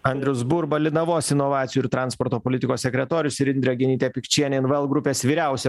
andrius burba linavos inovacijų ir transporto politikos sekretorius ir indrė genytė pikčienė en ve el grupės vyriausia